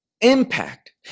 impact